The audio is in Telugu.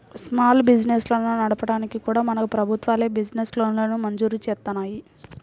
స్మాల్ బిజినెస్లను నడపడానికి కూడా మనకు ప్రభుత్వాలే బిజినెస్ లోన్లను మంజూరు జేత్తన్నాయి